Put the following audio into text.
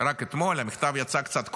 רק אתמול, המכתב יצא קצת קודם,